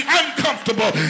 uncomfortable